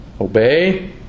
obey